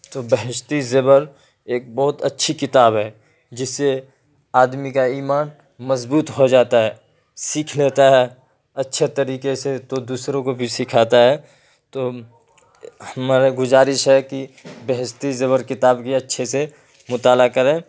تو بہشتی زیور ایک بہت اچھی کتاب ہے جس سے آدمی کا ایمان مضبوط ہو جاتا ہے سیکھ لیتا ہے اچھے طریقے سے تو دوسروں کو بھی سکھاتا ہے تو ہمارا گزارش ہے کہ بہشتی زیور کتاب کی اچھے سے مطالعہ کریں